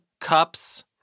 cups